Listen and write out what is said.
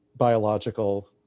biological